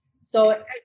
So-